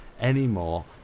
anymore